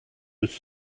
with